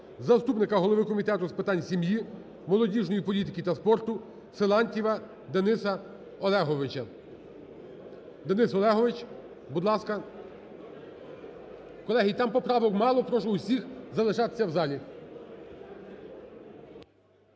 заступника голови Комітету з питань сім'ї, молодіжної політики та спорту Силантьєва Дениса Олеговича. Денис Олегович, будь ласка. Колеги, там поправок мало, прошу усіх залишатися в залі.